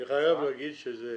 אני חייב להגיד שזה